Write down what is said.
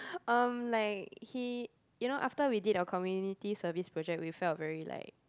um like he you know after we did our community service project we felt very like